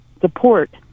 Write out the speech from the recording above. support